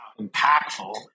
impactful